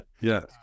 Yes